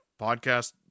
podcast